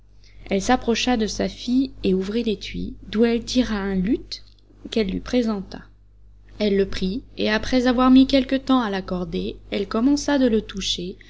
elle s'approcha de safie et ouvrit l'étui d'où elle tira un luth qu'elle lui présenta elle le prit et après avoir mis quelque temps à l'accorder elle commença de le toucher